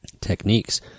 techniques